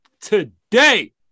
Today